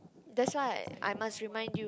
that's why I must remind you